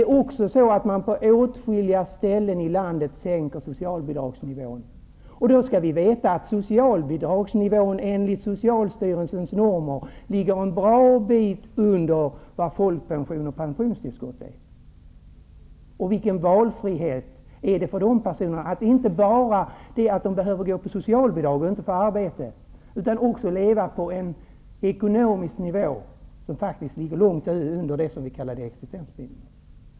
I åtskilliga kommuner sänker man också socialbidragsnivån. Enligt socialstyrelsens normer för socialbidragsnivån ligger socialbidragen en bra bit under nivån för folkpension och pensionstillskott. Vilken valfrihet har de personer som måste leva på socialbidrag? Det är inte bara det att de inte kan få något arbete, utan de måste också leva på en ekonomisk nivå som ligger långt under existensminimum.